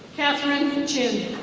catherine chin.